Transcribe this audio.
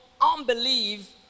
unbelief